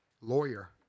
lawyer